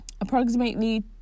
approximately